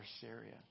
Syria